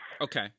Okay